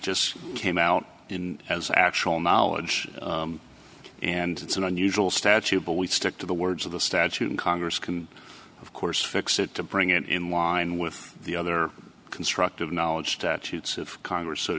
just came out in as actual knowledge and it's an unusual statute but we stick to the words of the statute and congress can of course fix it to bring it in line with the other construct of knowledge statutes of congress